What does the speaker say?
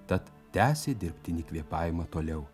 tad tęsė dirbtinį kvėpavimą toliau